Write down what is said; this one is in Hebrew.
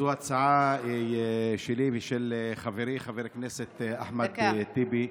זו הצעה שלי ושל חברי חבר הכנסת אחמד טיבי,